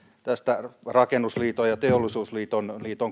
näistä rakennusliiton ja teollisuusliiton